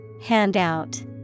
Handout